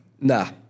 Nah